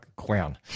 crown